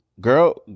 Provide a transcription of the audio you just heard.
girl